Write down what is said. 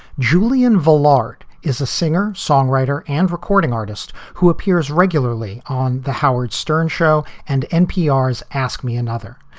julian valeyard is a singer songwriter and recording artist who appears regularly on the howard stern show. and npr's ask me another.